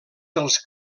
dels